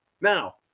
now